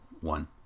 one